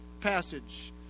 passage